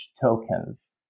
tokens